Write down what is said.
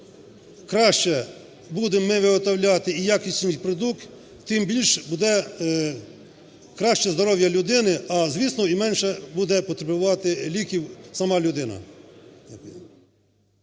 Чим краще будемо ми виготовляти і якісніший продукт, тим більше буде краще здоров'я людини, а, звісно, і менше буде потребувати ліків сама людина.